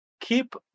keep